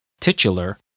titular